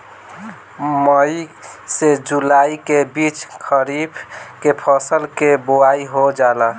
मई से जुलाई के बीच खरीफ के फसल के बोआई हो जाला